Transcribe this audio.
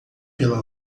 pela